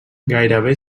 gairebé